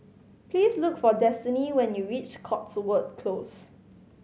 please look for Destiney when you reach Cotswold Close